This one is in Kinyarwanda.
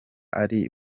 ari